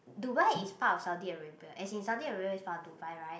Dubai is part of Saudi Arabia as in Saudi Arabia is part of Dubai right